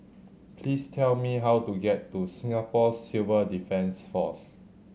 please tell me how to get to Singapore Civil Defence Force